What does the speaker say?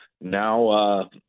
now –